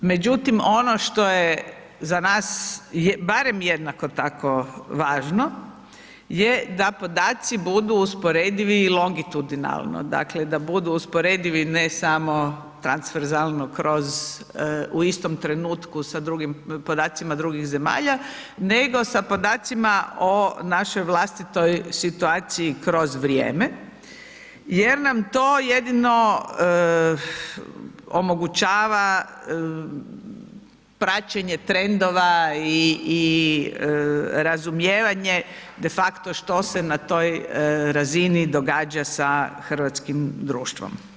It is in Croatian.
Međutim, ono što je za nas, barem jednako tako važno, je da podaci budu usporedivi i longitudinalno, dakle da budu usporedivi ne samo transverzalno kroz u istom trenutku sa drugim, podacima drugih zemalja nego sa podacima o našoj vlastitoj situaciji kroz vrijeme jer nam to jedino omogućava praćenje trendova i, i razumijevanje defakto što se na toj razini događa sa hrvatskim društvom.